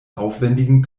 aufwendigen